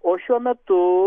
o šiuo metu